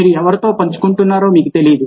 మీరు ఎవరితో పంచుకుంటున్నారో మీకు తెలియదు